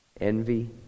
Envy